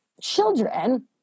children